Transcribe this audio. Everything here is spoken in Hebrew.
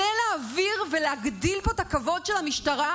זה להגדיל את הכבוד של המשטרה?